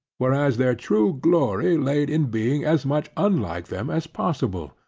whereas their true glory laid in being as much unlike them as possible.